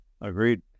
Agreed